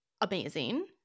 Amazing